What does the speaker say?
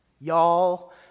y'all